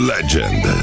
Legend